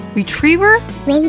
Retriever